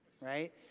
right